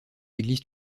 églises